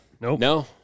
No